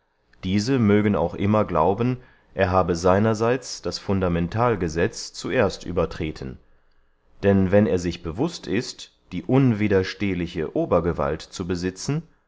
diese mögen auch immer glauben er habe seinerseits das fundamentalgesetz zuerst übertreten denn wenn er sich bewußt ist die unwiderstehliche obergewalt zu besitzen